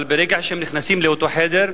אבל ברגע שהם נכנסים לאותו חדר,